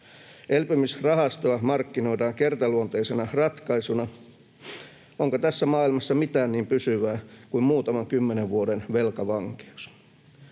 Elpymisrahastoa markkinoidaan kertaluonteisena ratkaisuna. Onko tässä maailmassa mitään niin pysyvää kuin muutaman kymmenen vuoden velkavankeus?